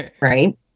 Right